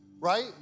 right